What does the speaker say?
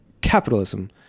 capitalism